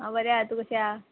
हांव बरें हा तूं कशें आहा